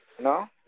No